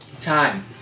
time